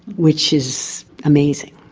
which is amazing.